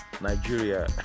Nigeria